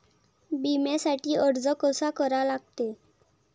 बिम्यासाठी अर्ज कसा करा लागते?